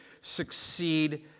succeed